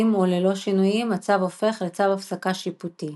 או ללא שינויים הצו הופך לצו הפסקה שיפוטי.